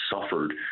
suffered